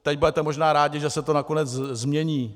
Teď budete možná rádi, že se to nakonec změní.